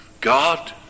God